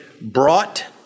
brought